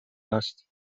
است